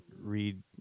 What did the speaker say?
read